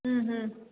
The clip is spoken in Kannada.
ಹ್ಞೂ ಹ್ಞೂ